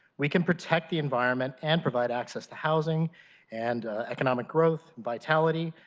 we can protect the environment and provide access to housing and economic growth, vitality,